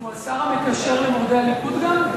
הוא השר המקשר למורדי הליכוד גם?